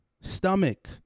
stomach